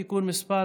(תיקון מס'